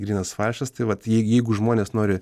grynas falšas tai vat jei jeigu žmonės nori